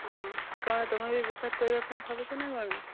ହଁ କ'ଣ ତୁମେ ବି ବେପାର କରିବା ପାଇଁ ଭାବୁଛ ନା କ'ଣ